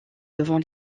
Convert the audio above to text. devant